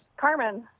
Carmen